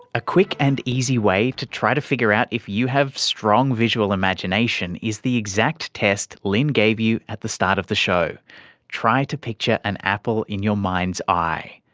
a quick and easy way to try to figure out if you have strong visual imagination is the exact test lynne gave you at the start of the show try to picture an apple in your mind's eye,